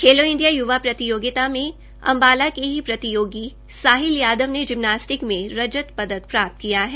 खेलो India प्रतियोगिता में अंबाला के ही प्रतियोगी साहिल यादव ने जिमनास्टिक में सिल्वर पदक प्राप्त किया है